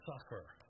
suffer